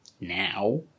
now